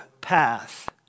path